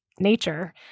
nature